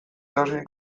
edozein